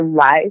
life